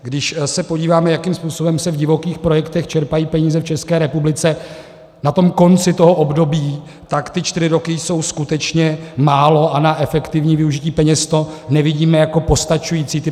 Když se podíváme, jakým způsobem se v divokých projektech čerpají peníze v České republice na konci toho období, tak ty čtyři roky jsou skutečně málo a na efektivní využití peněz to nevidíme jako postačující.